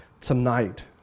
tonight